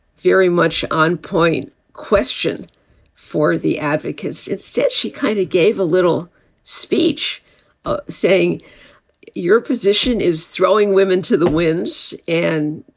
very much on point question for the advocates. instead, she kind of gave a little speech saying your position is throwing women to the winds. and,